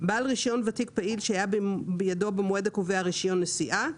בעל רישיון ותיק פעיל שהיה בידו במועד הקובע רישיון נסיעה,